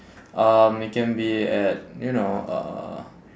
um it can be at you know uh